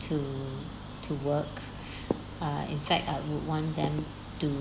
to to work err in fact I would want them to